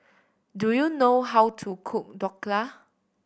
do you know how to cook Dhokla